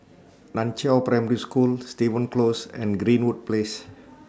NAN Chiau Primary School Stevens Close and Greenwood Place